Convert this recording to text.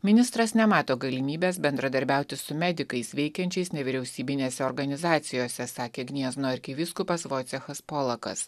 ministras nemato galimybės bendradarbiauti su medikais veikiančiais nevyriausybinėse organizacijose sakė gniezno arkivyskupas voicechas polakas